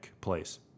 Place